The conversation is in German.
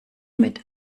mit